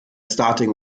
starting